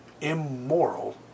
immoral